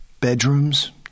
bedrooms